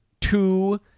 two